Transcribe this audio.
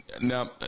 now